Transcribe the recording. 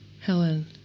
Helen